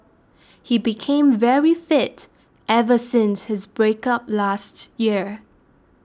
he became very fit ever since his breakup last year